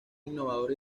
innovadora